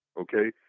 okay